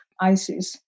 ISIS